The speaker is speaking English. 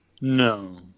No